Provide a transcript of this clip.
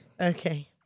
Okay